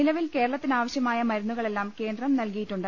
നിലവിൽ കേരളത്തിനാവശൃമായ മരുന്നുകളെല്ലാം കേന്ദ്രം നൽകിയിട്ടുണ്ട്